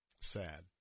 Sad